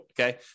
okay